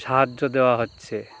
সাহায্য দেওয়া হচ্ছে